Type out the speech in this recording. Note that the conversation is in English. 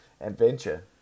adventure